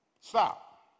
Stop